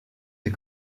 des